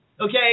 okay